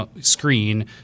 screen